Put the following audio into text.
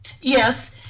Yes